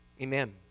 amen